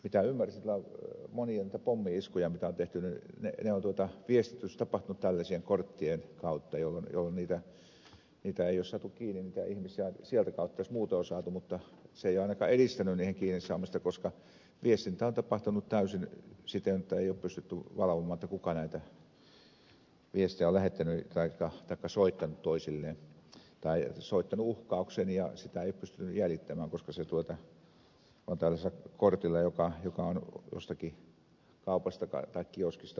ymmärsin että monien noiden pommi iskujen mitä on tehty viestitys on tapahtunut tällaisten korttien kautta jolloin ei ole saatu kiinni niitä ihmisiä ainakaan sitä kautta jos muuten on saatu ja ainakaan se ei ole edistänyt niiden kiinnisaamista koska viestintä on tapahtunut täysin niin jotta ei ole pystytty valvomaan kuka näitä viestejä on lähettänyt taikka jos on soitettu uhkaus sitä ei ole pystytty jäljittämään koska se on tapahtunut tällaisella kortilla joka on jostakin kaupasta tai kioskista ostettu